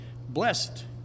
blessed